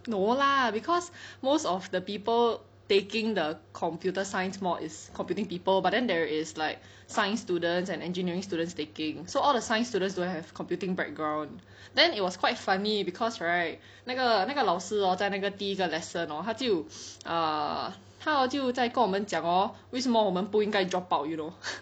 no lah because most of the people taking the computer science mod is computing people but then there is like science students and engineering students taking so all the science students don't have computing background then it was quite funny cause right 那个那个老师 lor 在那个第一个 lesson hor 他就 err 他 hor 就在跟我们讲 hor 为什么我们不应该 drop out you know